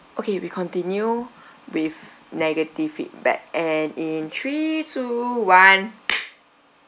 okay we continue with negative feedback and in three two one